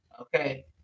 Okay